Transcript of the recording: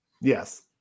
Yes